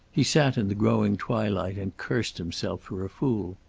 he sat in the growing twilight and cursed himself for a fool.